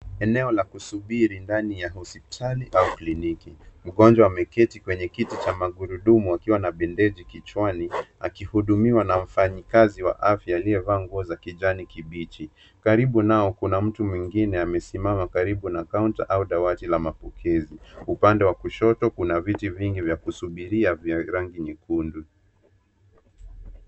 Eneo la kusubiri ndani ya hospitali au kliniki. Mgonjwa ameketi kwenye kiti cha magurudumu akiwa na bendeji kichwani akihudumiwa na mfanyikazi wa afya aliyevaa nguo za kijani kibichi. Karibu nao kuna mtu mwingine amesimama karibu na kaunta au dawati la mapokezi. Upande wa kushoto kuna viti vingi vya kusubiria vya rangi nyekundu.